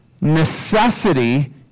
Necessity